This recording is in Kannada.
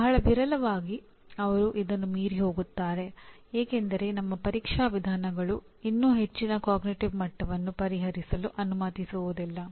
ಬಹಳ ವಿರಳವಾಗಿ ಅವರು ಇದನ್ನು ಮೀರಿ ಹೋಗುತ್ತಾರೆ ಏಕೆಂದರೆ ನಮ್ಮ ಪರೀಕ್ಷಾ ವಿಧಾನಗಳು ಇನ್ನೂ ಹೆಚ್ಚಿನ ಅರಿವಿನ ಮಟ್ಟವನ್ನು ಪರಿಹರಿಸಲು ಅನುಮತಿಸುವುದಿಲ್ಲ